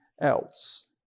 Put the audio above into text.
else